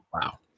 Wow